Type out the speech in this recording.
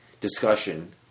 discussion